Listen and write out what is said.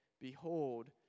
Behold